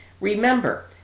Remember